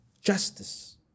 justice